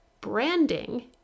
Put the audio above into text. Branding